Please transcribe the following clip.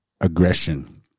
aggression